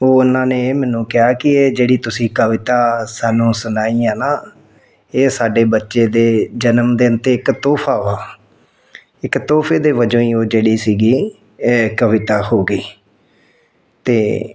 ਉਹਨਾਂ ਨੇ ਮੈਨੂੰ ਕਿਹਾ ਕਿ ਇਹ ਜਿਹੜੀ ਤੁਸੀਂ ਕਵਿਤਾ ਸਾਨੂੰ ਸੁਣਾਈ ਆ ਨਾ ਇਹ ਸਾਡੇ ਬੱਚੇ ਦੇ ਜਨਮਦਿਨ 'ਤੇ ਇੱਕ ਤੋਹਫਾ ਵਾ ਇੱਕ ਤੋਹਫੇ ਦੇ ਵਜੋਂ ਹੀ ਉਹ ਜਿਹੜੀ ਸੀਗੀ ਕਵਿਤਾ ਹੋ ਗਈ ਅਤੇ